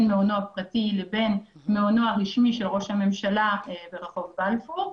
מעונו הפרטי לבין מעונו הרשמי של ראש הממשלה ברחוב בלפור.